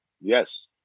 Yes